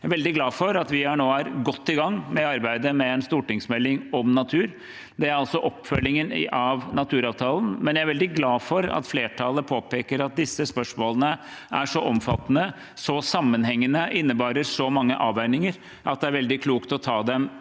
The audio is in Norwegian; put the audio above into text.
Jeg er veldig glad for at vi nå er godt i gang med arbeidet med en stortingsmelding om natur. Det er altså oppfølgingen av naturavtalen. Jeg er veldig glad for at flertallet påpeker at disse spørsmålene er så omfattende, så sammenhengende og innebærer så mange avveininger at det er veldig klokt å ta dem